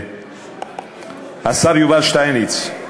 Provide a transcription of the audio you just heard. השר יובל שטייניץ.